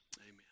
Amen